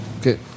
Okay